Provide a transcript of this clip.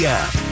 app